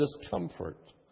discomfort